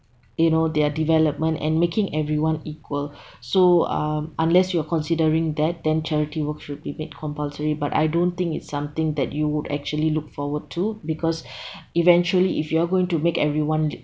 you know their development and making everyone equal so um unless you are considering that then charity work to be made compulsory but I don't think it's something that you would actually look forward to because eventually if you are going to make everyone